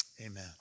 amen